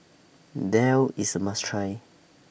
Daal IS A must Try